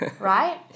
right